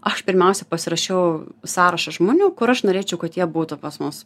aš pirmiausia pasirašiau sąrašą žmonių kur aš norėčiau kad jie būtų pas mus